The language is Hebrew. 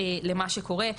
למה שקורה,